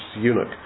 eunuch